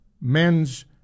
men's